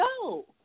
go